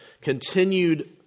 continued